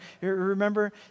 Remember